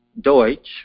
Deutsch